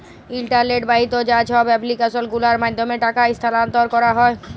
ইলটারলেট বাহিত যা ছব এপ্লিক্যাসল গুলার মাধ্যমে টাকা ইস্থালাল্তর ক্যারা হ্যয়